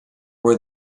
were